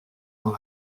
dans